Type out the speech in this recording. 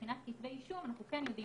מבחינת כתבי האישום אנחנו כן יודעים